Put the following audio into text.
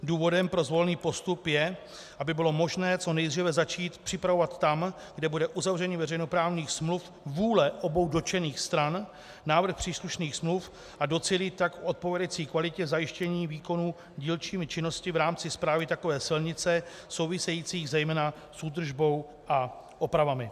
Důvodem pro zvolený postup je, aby bylo možné co nejdříve začít připravovat tam, kde bude k uzavření veřejnoprávních smluv vůle obou dotčených stran, návrh příslušných smluv, a docílit tak v odpovídající kvalitě zajištění výkonů dílčími činnostmi v rámci správy takové silnice, souvisejícími zejména s údržbou a opravami.